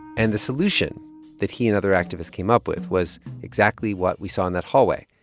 and the solution that he and other activists came up with was exactly what we saw in that hallway.